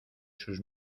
sus